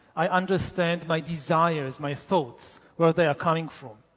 i understand my desires, my thoughts where they are coming from.